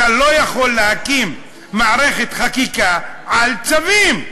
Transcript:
אתה לא יכול להקים מערכת חקיקה על צווים.